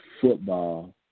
football